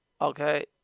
okay